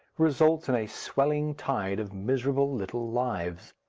results in a swelling tide of miserable little lives.